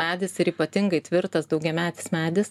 medis ir ypatingai tvirtas daugiametis medis